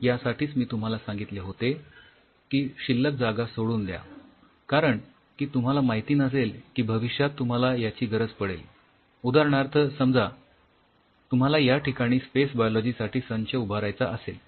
यासाठीच मी तुम्हाला सांगितले होते की शिल्लक जागा सोडून द्या कारण की तुम्हाला माहिती नसेल की भविष्यात तुम्हाला याची गरज पडेल उदाहरणार्थ समजा तुम्हाला या ठिकाणी स्पेस बायोलॉजी साठी संच उभारावा लागेल